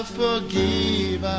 forgive